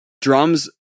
drums